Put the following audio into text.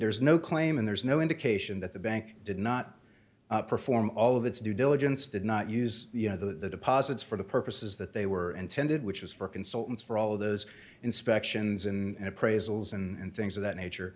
there's no claim and there's no indication that the bank did not perform all of its due diligence did not use you know the deposits for the purposes that they were intended which was for consultants for all of those inspections and appraisals and things of that nature